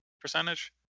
percentage